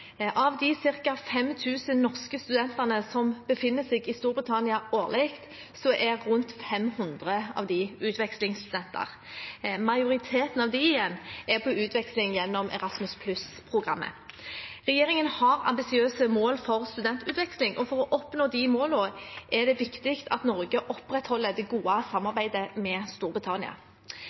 Av de ca. 5 000 norske studentene som befinner seg i Storbritannia årlig, er rundt 500 utvekslingsstudenter. Majoriteten av disse er på utveksling gjennom Erasmus+-programmet. Regjeringen har ambisiøse mål for studentutveksling, og for å oppnå disse målene er det viktig at Norge opprettholder det gode samarbeidet med Storbritannia.